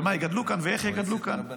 ומה יגדלו כאן ואיך יגדלו כאן,